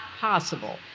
possible